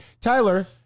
Tyler